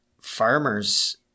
farmers